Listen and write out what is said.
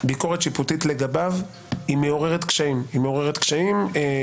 ביקורת שיפוטית לגביו מעוררת קשיים מבניים.